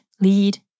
lead